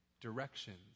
directions